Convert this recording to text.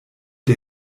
der